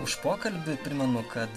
už pokalbį primenu kad